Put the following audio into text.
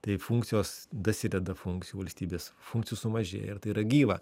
tai funkcijos dasideda funkcijų valstybės funkcijų sumažėja ir tai yra gyva